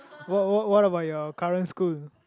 what what what about your current school